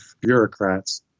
bureaucrats